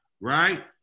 right